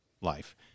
life